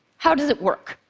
how does it work?